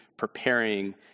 Preparing